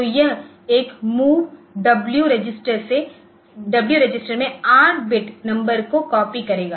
तो यह एक मूव W रजिस्टर में 8 बिट नंबर की कापी करेगा